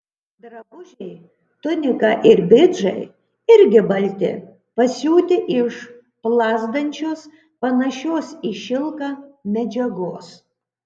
drabužiai tunika ir bridžai irgi balti pasiūti iš plazdančios panašios į šilką medžiagos